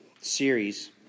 series